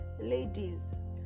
Ladies